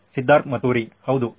ಸಿದ್ಧಾರ್ಥ್ ಮತುರಿ ಹೌದು ಸರಿ